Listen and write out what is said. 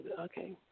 Okay